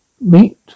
meet